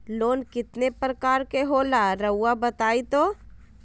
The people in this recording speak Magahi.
लोन कितने पारकर के होला रऊआ बताई तो?